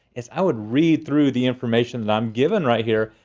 is i would read through the information that i'm given right here.